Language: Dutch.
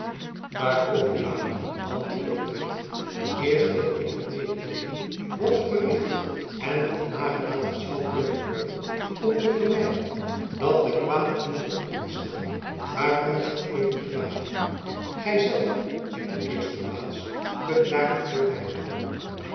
daarover nader antwoordde de witt eerst wil u mededeelen wat er verricht en wat nagelaten zoû kunnen worden om te vermijden dat de kwade indrukken ontstaan waarvan ik zoo even gewaagde gy zelf in de eerste plaats kunt daartoe veel bybrengen